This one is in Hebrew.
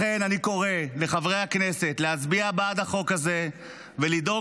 לכן אני קורא לחברי הכנסת להצביע בעד החוק הזה ולדאוג